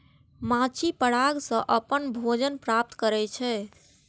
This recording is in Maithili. माछी पराग सं अपन भोजन प्राप्त करै छै